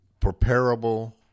preparable